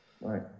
right